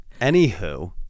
Anywho